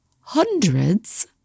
hundreds